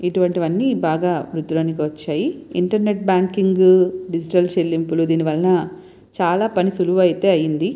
ఇటువంటివన్నీ బాగా వృద్ధిలోనికి వచ్చాయి ఇంటర్నెట్ బ్యాంకింగ్ డిజిటల్ చెల్లింపులు దీని వల్ల చాలా పని సులువు అయితే అయింది